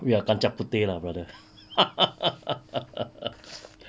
we are kacang putih lah brother